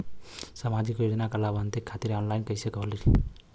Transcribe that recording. सामाजिक योजना क लाभान्वित खातिर ऑनलाइन कईसे होई?